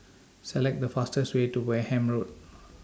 Select The fastest Way to Wareham Road